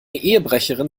ehebrecherin